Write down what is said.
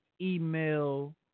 Email